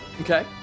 Okay